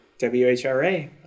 WHRA